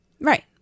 Right